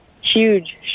huge